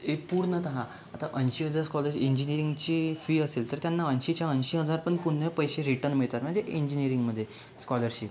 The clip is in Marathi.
एक पूर्णतः आता ऐंशी हजार स्कॉलरशी इंजिनीरिंगची फी असेल तर त्यांना ऐंशीच्या ऐंशी हजार पण पूर्ण पैसे रिटर्न मिळतात म्हणजे इंजिनीरिंगमध्ये स्कॉलरशिप